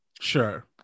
sure